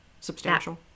substantial